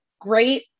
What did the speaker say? great